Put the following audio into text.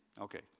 Okay